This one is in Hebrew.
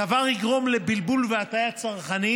הדבר יגרום לבלבול והטעיית צרכנים.